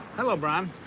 hello, brian.